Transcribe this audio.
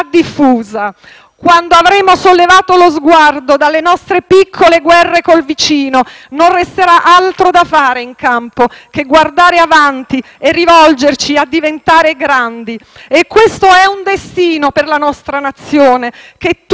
diffusa. Quando avremo sollevato lo sguardo dalle nostre piccole guerre col vicino non resterà altro da fare in campo che guardare avanti e rivolgersi all'idea di diventare grandi e questo è un destino per la nostra Nazione che tutte